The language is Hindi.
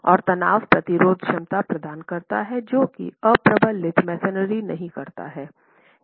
और तनाव प्रतिरोध क्षमता प्रदान करता है जो कि अप्रबलित मैसनरी नहीं करता है